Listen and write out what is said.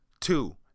two